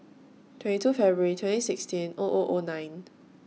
twenty Feburary twenty sixteen O O O nine